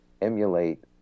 emulate